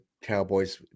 cowboys